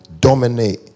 dominate